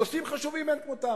נושאים חשובים מאין כמותם.